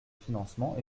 financement